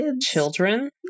children